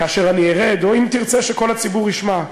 כאשר אני ארד, או אם תרצה שכל הציבור ישמע.